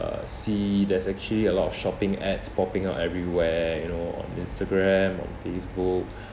uh see there's actually a lot of shopping ads popping up everywhere you know on Instagram on Facebook